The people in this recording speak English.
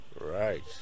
Right